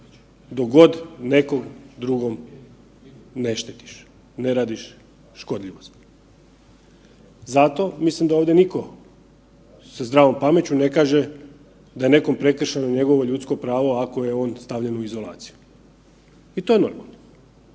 god nekog drugog ne štetiš, ne radiš škodljivost. Zato mislim da ovdje nitko sa zdravom pameću ne kaže da je nekom prekršeno njegovo ljudsko pravo ako je on stavljen u izolaciju. I to je normalno.